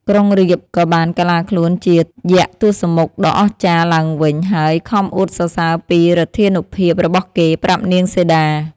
ក្រុងរាពណ៍ ក៏បានកាឡាខ្លួនជា យក្សទសមុខដ៏អស្ចារ្យឡើងវិញ ហើយខំអួតសរសើរពីឫទ្ធានុភាពរបស់គេ ប្រាប់នាងសីតា។